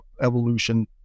evolution